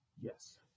Yes